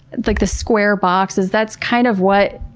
like the square boxes, that's kind of what